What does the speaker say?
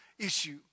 issue